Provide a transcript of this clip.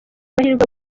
amahirwe